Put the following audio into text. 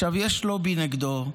עכשיו, יש לובי נגדו.